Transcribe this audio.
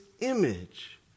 image